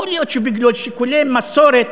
יכול להיות שבגלל שיקולי מסורת